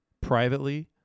privately